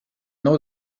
nou